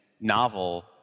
novel